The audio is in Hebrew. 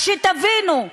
אז שתבינו,